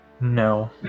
No